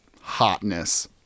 Hotness